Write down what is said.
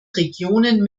regionen